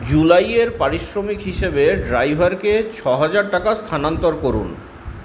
July এর পারিশ্রমিক হিসেবে ড্রাইভারকে ছ হাজার টাকা স্থানান্তর করুন